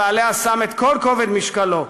ועליה שם את כל כובד משקלו,